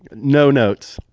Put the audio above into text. no notes.